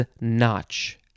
notch